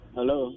Hello